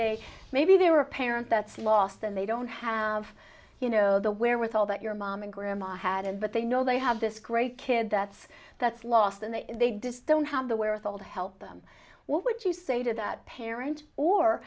they maybe they were a parent that's lost and they don't have you know the wherewithal that your mom and grandma had and that they know they have this great kid that's that's lost and then they dissed don't have the wherewithal to help them what would you say to that parent or